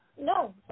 no